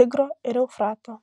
tigro ir eufrato